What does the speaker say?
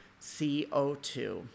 CO2